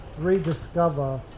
rediscover